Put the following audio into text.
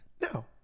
No